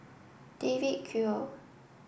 David Kwo